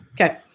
Okay